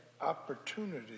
opportunity